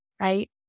right